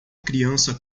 criança